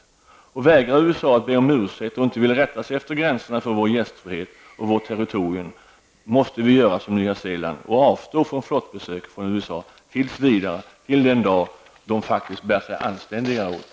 Om USA vägrar att be om ursäkt och inte vill rätta sig efter gränserna för vår gästfrihet och vårt territorium, måste vi göra som Nya Zeeland och avstå från flottbesök från USA, till den dag då USA faktiskt bär sig anständigare åt.